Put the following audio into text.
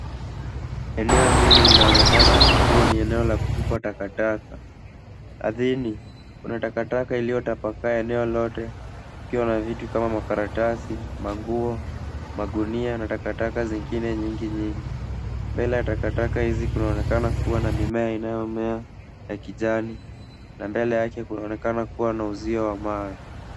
Eneo hili linaonekana kuwa ni eneo la kutupa takataka. Ardhini kuna takataka iliyotapakaa eneo lote ikiwa na vitu kama makaratasi, manguo, magunia na takataka zingine nyingi nyingi. Mbele ya takataka hizi kunaonekana kuwa na mimea inayomea ya kijani, badala yake kunaonekana kuwa na uzio wa mawe.